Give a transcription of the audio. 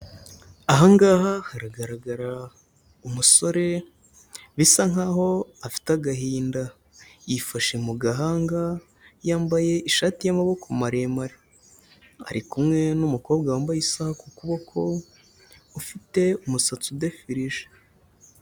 Aha ngaha haragaragara umusore bisa nkaho afite agahinda, yifashe mu gahanga, yambaye ishati y'amaboko maremare, ari kumwe n'umukobwa wambaye isaha ku kuboko, ufite umusatsi udefirije.